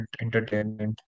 entertainment